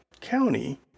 County